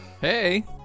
Hey